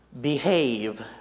behave